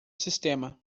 sistema